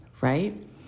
right